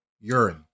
Urine